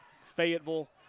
Fayetteville